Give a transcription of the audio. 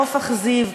חוף אכזיב.